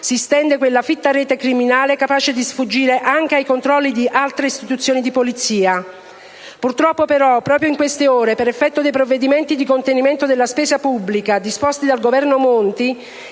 si stende quella fitta rete criminale capace di sfuggire anche ai controlli di altre istituzioni di polizia. Purtroppo però, proprio in queste ore, per effetto dei provvedimenti di contenimento della spesa pubblica disposti dal Governo Monti,